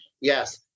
Yes